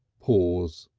pause.